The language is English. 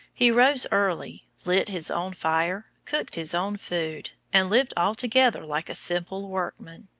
he rose early, lit his own fire, cooked his own food, and lived altogether like a simple workman.